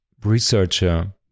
researcher